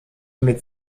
mit